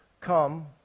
come